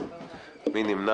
מי נמנע?